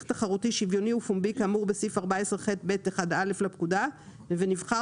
תחרותי שוויוני ופומבי כאמור בסעיף 14ח(ב)(1א) לפקודה ונבחר